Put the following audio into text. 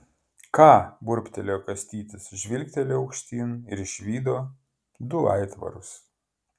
ką burbtelėjo kastytis žvilgtelėjo aukštyn ir išvydo du aitvarus